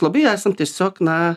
labai esam tiesiog na